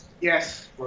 Yes